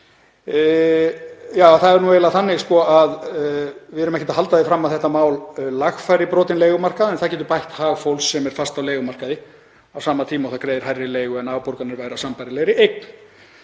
Það er nú eiginlega þannig að við erum ekkert að halda því fram að þetta mál lagfæri brotinn leigumarkað en það getur bætt hag fólks sem er fast á leigumarkaði á sama tíma og það greiðir hærri leigu en afborganir væru af sambærilegri